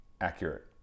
accurate